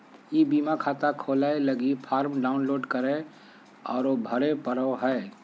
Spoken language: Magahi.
ई बीमा खाता खोलय लगी फॉर्म डाउनलोड करे औरो भरे पड़ो हइ